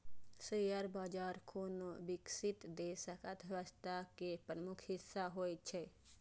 share बाजार कोनो विकसित देशक अर्थव्यवस्था के प्रमुख हिस्सा होइ छै